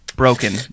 Broken